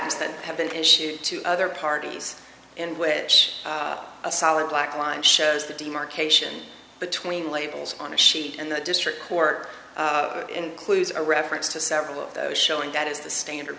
patents that have been issued to other parties in which a solid black line shows the demarcation between labels on a sheet and the district court includes a reference to several of those showing that is the standard